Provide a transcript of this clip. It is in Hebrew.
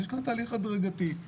זה תהליך הדרגתי.